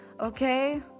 okay